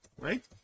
right